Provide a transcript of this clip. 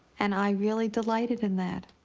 and i really delighted in that.